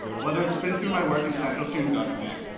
whether it's been through my work in central student government,